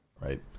Right